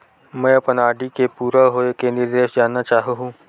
मैं अपन आर.डी के पूरा होये के निर्देश जानना चाहहु